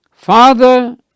Father